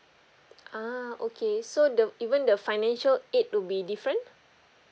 ah okay so the even the financial aid would be different